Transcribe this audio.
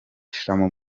gushiramo